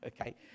okay